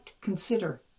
consider